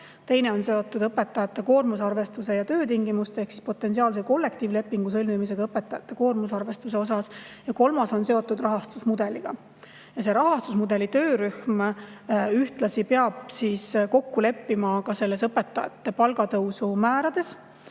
teine on seotud õpetajate koormuse arvestusega, töötingimuste ehk siis potentsiaalse kollektiivlepingu sõlmimisega koormusarvestuse osas ja kolmas on seotud rahastusmudeliga. See rahastusmudeli töörühm ühtlasi peab kokku leppima ka õpetajate palga tõusu määrades,